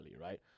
right